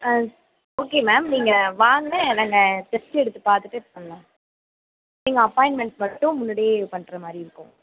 ஆ okay ma'am நீங்கள் வாங்க நாங்கள் டெஸ்ட்டு எடுத்து பார்த்துட்டு பண்ணலாம் நீங்கள் அப்பாயின்ட்மெண்ட் மட்டும் முன்னாடியே பண்ணுற மாதிரி இருக்கும்